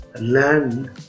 land